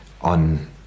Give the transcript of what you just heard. on